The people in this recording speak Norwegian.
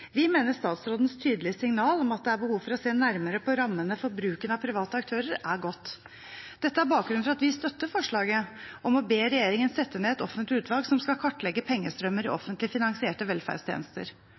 Vi mener statsrådens tydelige signal om at det er behov for å se nærmere på rammene for bruken av private aktører, er godt. Dette er bakgrunnen for at vi støtter forslaget om å be regjeringen sette ned et offentlig utvalg som skal kartlegge pengestrømmer i